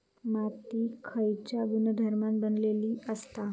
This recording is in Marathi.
माती खयच्या गुणधर्मान बनलेली असता?